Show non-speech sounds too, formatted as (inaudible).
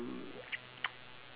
(noise)